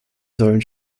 säulen